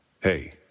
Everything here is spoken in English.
Hey